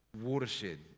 watershed